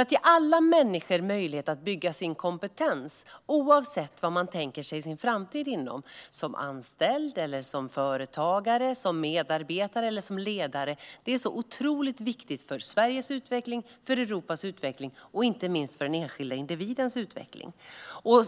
Att ge alla människor möjlighet att bygga kompetens, oavsett om man tänker sig en framtid som anställd, företagare, medarbetare eller ledare, är otroligt viktigt för Sveriges utveckling, för Europas utveckling och inte minst för den enskilda individens utveckling.